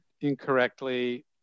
incorrectly